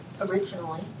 originally